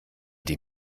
die